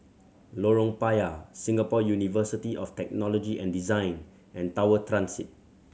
Lorong Payah Singapore University of Technology and Design and Tower Transit